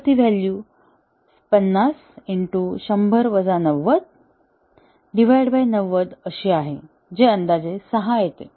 तर ती व्हॅल्यू 50 90 अशी आहे जे अंदाजे 6 येते